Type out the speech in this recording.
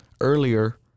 earlier